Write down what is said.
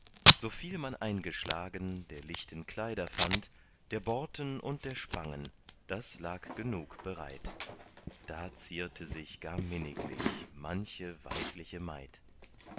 viel man eingeschlagen der lichten kleider fand der borten und der spangen das lag genug bereit da zierte sich gar minniglich manche weidliche maid